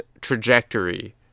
trajectory